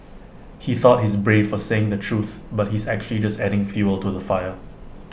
he thought he's brave for saying the truth but he's actually just adding fuel to the fire